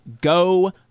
go